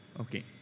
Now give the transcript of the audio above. Okay